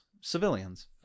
Civilians